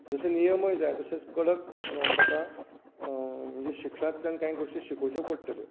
जशे नियमय जाय तशेच कडक ताका शिक्षांतल्यान कांय गोश्टी शिकोवच्यो पडटल्यो